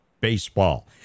baseball